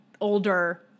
older